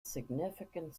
significant